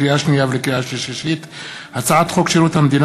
לקריאה שנייה ולקריאה שלישית: הצעת חוק שירות המדינה